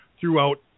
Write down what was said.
throughout